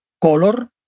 color